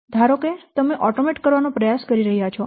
ધારો કે તમે સ્વચાલિત કરવાનો પ્રયાસ કરી રહ્યાં છો